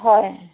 হয়